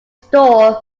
store